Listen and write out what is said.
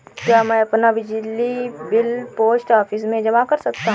क्या मैं अपना बिजली बिल पोस्ट ऑफिस में जमा कर सकता हूँ?